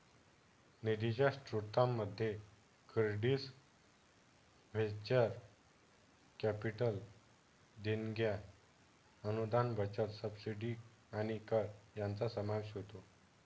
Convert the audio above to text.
निधीच्या स्त्रोतांमध्ये credits venture capital देणग्या अनुदान बचत सबसिडी आणि कर यांचा समावेश होतो